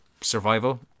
survival